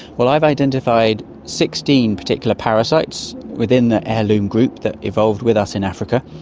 well, i've identified sixteen particular parasites within the heirloom group that evolved with us in africa.